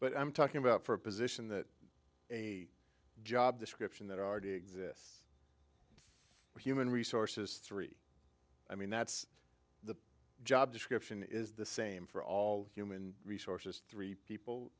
but i'm talking about for a position that a job description that already exists we're human resources three i mean that's job description is the same for all human resources three people